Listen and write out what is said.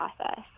process